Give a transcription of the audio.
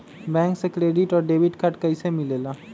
Bank से credit और debit card कैसी मिलेला?